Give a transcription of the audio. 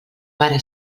pare